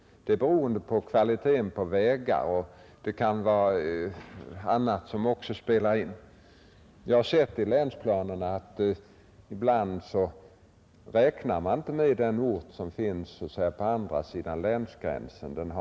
Det är beroende av kvaliteten på vägar och även på andra omständigheter som spelar in. Jag har sett i länsplanerna att man ibland inte tar hänsyn till orter på andra sidan länsgränsen.